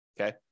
okay